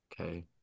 Okay